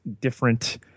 different